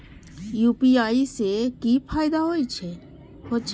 UPI से की फायदा हो छे?